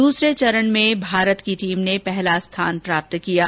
दूसरे चरण और भारत की टीम ने पहला स्थान प्राप्त किया है